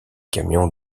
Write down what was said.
camions